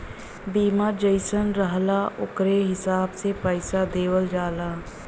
बीमा जइसन रहला ओकरे हिसाब से पइसा देवल जाला